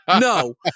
No